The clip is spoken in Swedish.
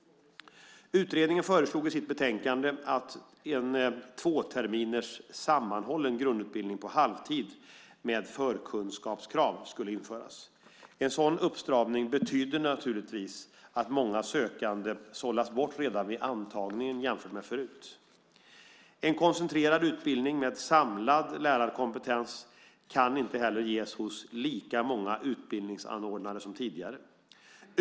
Utredningen föreslog i sitt betänkande att en tvåterminers sammanhållen grundutbildning på halvtid med förkunskapskrav skulle införas. En sådan uppstramning betyder naturligtvis att många sökande sållas bort redan vid antagningen. En koncentrerad utbildning, med samlad lärarkompetens, kan inte heller ges hos lika många utbildningsanordnare som tidigare.